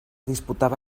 disputava